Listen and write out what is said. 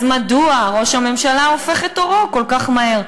אז מדוע ראש הממשלה הופך את עורו כל כך מהר?